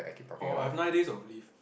oh I have nine days of leave